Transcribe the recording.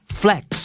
flex